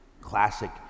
classic